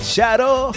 Shadow